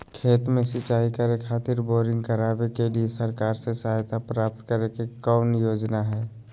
खेत में सिंचाई करे खातिर बोरिंग करावे के लिए सरकार से सहायता प्राप्त करें के कौन योजना हय?